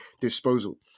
disposal